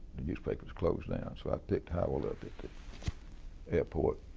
the newspaper is closed down. so i picked harold up at the airport,